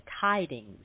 tidings